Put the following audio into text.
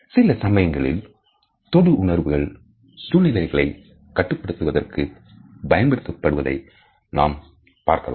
சில சமயங்களில் தொடுஉணர்வுகள் சூழ்நிலைகளை கட்டுப்படுத்துவதற்கு பயன்படுத்துவதை நாம் பார்க்கலாம்